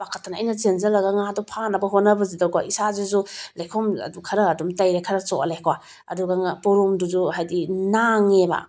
ꯄꯥꯈꯠꯇꯅ ꯑꯩꯅ ꯆꯦꯟꯁꯤꯜꯂꯒ ꯉꯥꯗꯣ ꯐꯥꯅꯕ ꯍꯣꯠꯅꯕꯁꯤꯗꯀꯣ ꯏꯁꯁꯤꯁꯨ ꯂꯩꯈꯣꯝ ꯈꯔ ꯑꯗꯨꯝ ꯇꯩꯔꯦ ꯈꯔ ꯆꯣꯠꯂꯦ ꯀꯣ ꯑꯗꯨꯒ ꯄꯣꯔꯣꯝꯗꯨꯁꯨ ꯍꯥꯏꯗꯤ ꯅꯥꯡꯉꯦꯕ